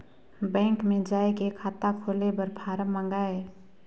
Bank मे जाय के खाता खोले बर फारम मंगाय?